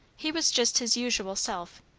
he was just his usual self,